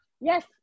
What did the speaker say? Yes